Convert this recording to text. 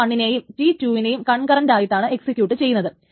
T1നേയും T2 വിനേയും കൺകറന്റായിട്ടാണ് execute ചെയ്യുന്നത്